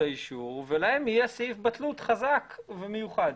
האישור ולהם יהיה סעיף בטלות חזק ומיוחד.